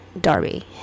darby